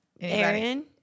Aaron